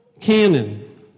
canon